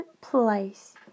place